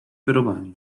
wyrobami